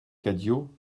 cadio